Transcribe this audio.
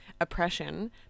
oppression